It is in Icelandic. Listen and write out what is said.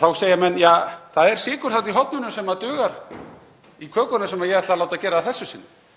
Þá segja menn: Ja, það er sykur þarna í hornunum sem dugar í kökuna sem ég ætla að láta gera að þessu sinni.